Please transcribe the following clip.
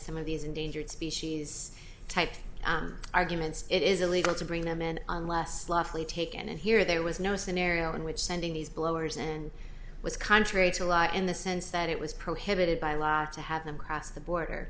some of these endangered species type arguments it is illegal to bring them in unless lawfully taken and here there was no scenario in which sending these blowers and was contrary to law in the sense that it was prohibited by law to have them cross the border